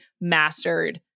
mastered